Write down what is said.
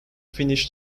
finished